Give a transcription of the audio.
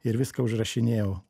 ir viską užrašinėjau